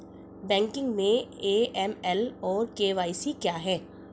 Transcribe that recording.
Banking में AML और KYC क्या हैं?